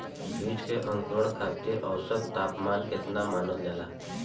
बीज के अंकुरण खातिर औसत तापमान केतना मानल जाला?